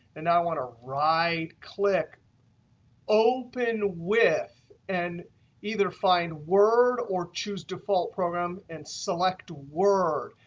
and i want to right click open with. and either find word or choose default program and select word.